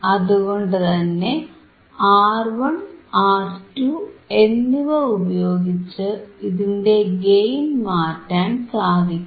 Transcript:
അതുകൊണ്ടുതന്നെ R1 R2 എന്നിവ ഉപയോഗിച്ച് ഇതിന്റെ ഗെയിൻ മാറ്റാൻ സാധിക്കും